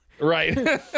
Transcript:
right